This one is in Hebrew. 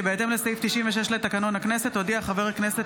כי בהתאם לסעיף 96 לתקנון הכנסת הודיע חבר הכנסת